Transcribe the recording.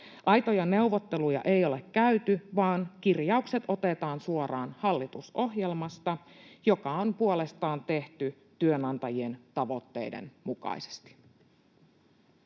Aitoja neuvotteluja ei ole käyty, vaan kirjaukset otetaan suoraan hallitusohjelmasta, joka on puolestaan tehty työnantajien tavoitteiden mukaisesti.